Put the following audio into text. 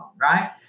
right